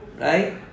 Right